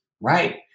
right